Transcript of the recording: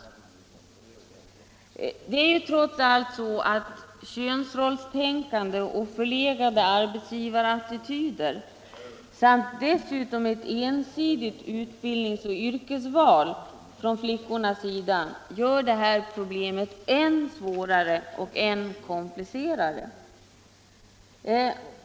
Det är trots allt så att könsrollstänkandet och förlegade arbetsgivarattityder samt dessutom ett ensidigt utbildningsoch yrkesval från flickornas sida gör det här problemet än svårare och än mera komplicerat.